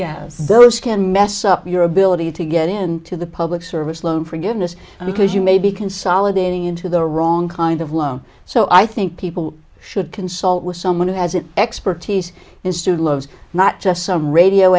have those can mess up your ability to get into the public service loan forgiveness because you may be consolidating into the wrong kind of law so i think people should consult with someone who has an expertise in studio loves not just some radio